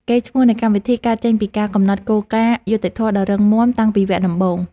កេរ្តិ៍ឈ្មោះនៃកម្មវិធីកើតចេញពីការកំណត់គោលការណ៍យុត្តិធម៌ដ៏រឹងមាំតាំងពីវគ្គដំបូង។